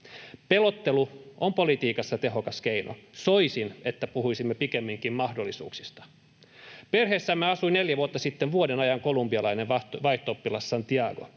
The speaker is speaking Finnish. Pelottelu on politiikassa tehokas keino. Soisin, että puhuisimme pikemminkin mahdollisuuksista. Perheessämme asui neljä vuotta sitten vuoden ajan kolumbialainen vaihto-oppilas Santiago.